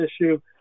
issue